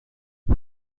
her